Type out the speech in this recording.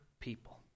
people